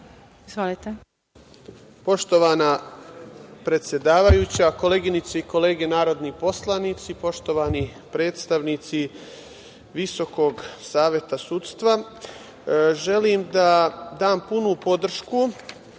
Poštovana predsedavajuća, koleginice i kolege narodni poslanici, poštovani predstavnici Visokog saveta sudstva, želim da dam punu podršku